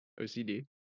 OCD